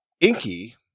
Inky